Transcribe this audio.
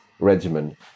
regimen